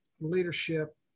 leadership